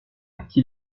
qui